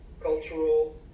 cultural